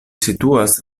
situas